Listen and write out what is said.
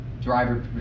driver